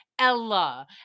Ella